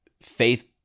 faith